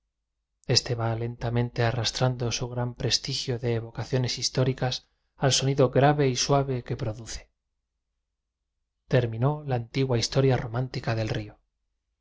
este va lentamente arrastrando su gran prestigio de evocaciones históricas al sonido grave y suave que produce terminó la antigua historia romántica del río